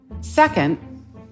Second